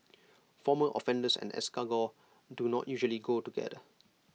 former offenders and escargot do not usually go together